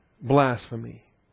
blasphemy